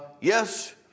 Yes